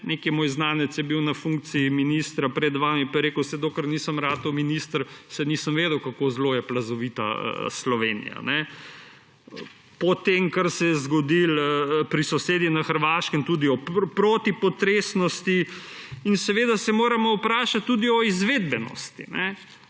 Nek moj znanec je bil na funkciji ministra pred vami, pa je rekel, da dokler nisem ratal minister, saj nisem vedel, kako zelo je plazovita Slovenija. Po tem, kar se je zgodil pri sosedih na Hrvaškem, tudi o protipotresnosti in seveda se moramo vprašati tudi o izvedbenosti,